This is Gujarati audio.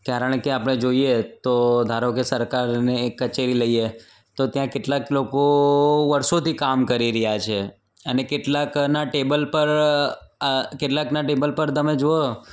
કારણ કે આપણે જોઈએ તો ધારો કે સરકારની એક કચેરી લઈએ તો ત્યાં કેટલાક લોકો વર્ષોથી કામ કરી રહ્યા છે અને કેટલાકના ટેબલ પર કેટલાક ના ટેબલ પર તમે જોવો તો